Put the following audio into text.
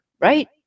right